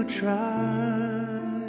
try